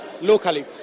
locally